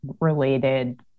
related